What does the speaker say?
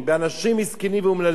באנשים מסכנים ואומללים.